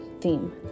theme